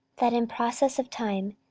that in process of time,